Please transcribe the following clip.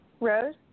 Rose